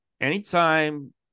anytime